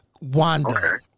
Wanda